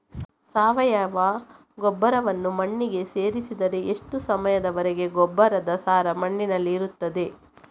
ಸಾವಯವ ಗೊಬ್ಬರವನ್ನು ಮಣ್ಣಿಗೆ ಸೇರಿಸಿದರೆ ಎಷ್ಟು ಸಮಯದ ವರೆಗೆ ಗೊಬ್ಬರದ ಸಾರ ಮಣ್ಣಿನಲ್ಲಿ ಇರುತ್ತದೆ?